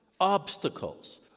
obstacles